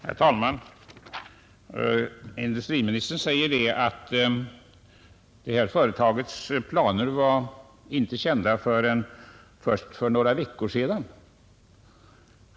Herr talman! Industriministern säger att det här företagets planer inte var kända förrän först för några veckor sedan.